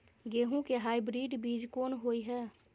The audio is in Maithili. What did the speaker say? गेहूं के हाइब्रिड बीज कोन होय है?